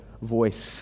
voice